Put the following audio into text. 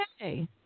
Okay